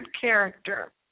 character